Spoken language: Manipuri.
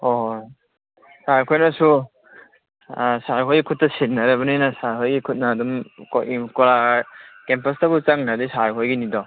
ꯍꯣꯏ ꯍꯣꯏ ꯁꯥꯔ ꯈꯣꯏꯅꯁꯨ ꯁꯥꯔ ꯍꯣꯏ ꯈꯨꯠꯇ ꯁꯤꯟꯅꯔꯕꯅꯤꯅ ꯁꯥꯔ ꯍꯣꯏꯒꯤ ꯈꯨꯠꯅ ꯑꯗꯨꯝ ꯀꯦꯝꯄꯁꯇꯕꯨ ꯆꯪꯈ꯭ꯔꯗꯤ ꯁꯥꯔ ꯍꯣꯏꯒꯤꯅꯤꯗꯣ